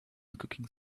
cooking